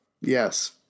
Yes